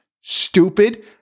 stupid